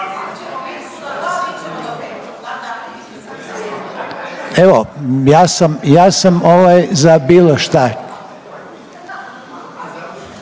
Evo ja sam za bilo što.